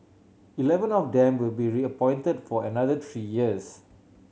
eleven of them will be reappointed for another three years